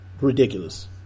ridiculous